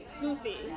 goofy